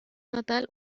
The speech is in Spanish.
natal